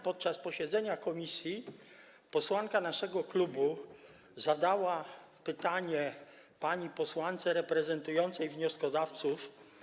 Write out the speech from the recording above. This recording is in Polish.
Podczas posiedzenia komisji posłanka naszego klubu zadała pytanie pani posłance reprezentującej wnioskodawców.